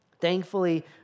Thankfully